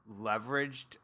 leveraged